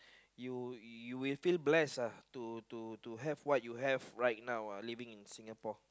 you you will feel bless lah to to to have what you have right now uh living in Singapore